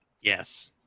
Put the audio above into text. Yes